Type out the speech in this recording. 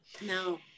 no